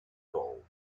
gold